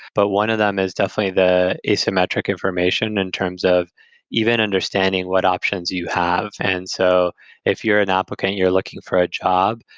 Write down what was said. but one of them is definitely the asymmetric information in terms of even understanding what options you have. and so if you're an applicant and you're looking for a job,